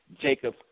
Jacob